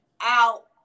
out